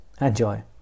enjoy